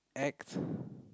act